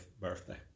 birthday